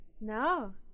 No